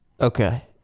Okay